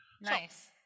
Nice